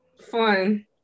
Fun